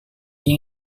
yang